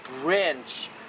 branch